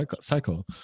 cycle